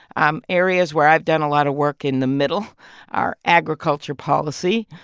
um areas where i've done a lot of work in the middle are agriculture policy,